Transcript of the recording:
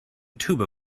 tuba